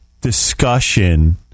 discussion